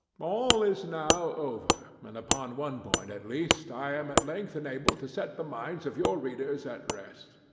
all is now over and, upon one point at least, i am at length enabled to set the minds of your readers at rest.